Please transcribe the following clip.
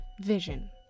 vision